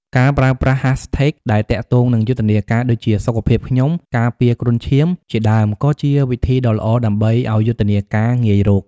ការប្រើប្រាស់ Hashtag ដែលទាក់ទងនឹងយុទ្ធនាការដូចជា #សុខភាពខ្ញុំ #ការពារគ្រុនឈាម ជាដើមក៏ជាវិធីដ៏ល្អដើម្បីឲ្យយុទ្ធនាការងាយរក។